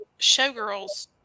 showgirls